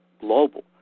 global